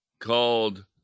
called